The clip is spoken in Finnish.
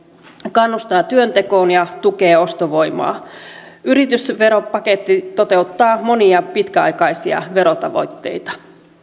kannustaa työntekoon ja tukee ostovoimaa yritysveropaketti toteuttaa monia pitkäaikaisia verotavoitteita